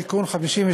תיקון 52